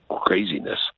craziness